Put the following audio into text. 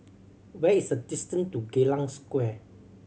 where is the distant to Geylang Square